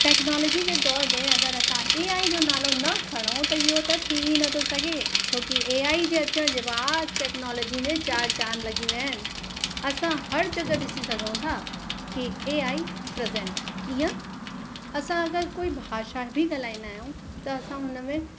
technology जे दौरि में अगरि असां एआई जो नालो न खणूं त इहो त थी ई नथो सघे छो कि एआई जे अचण जे बाद टेक्नोलजी में चारि चांद लॻी विया आहिनि असां हर जॻहि ॾिसी सघूं था की एआई प्रज़ेंट आहे कीअं असां अगरि कोई भाषा बि ॻाल्हाईंदा आहियूं त असां हुन में